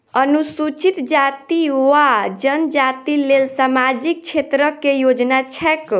अनुसूचित जाति वा जनजाति लेल सामाजिक क्षेत्रक केँ योजना छैक?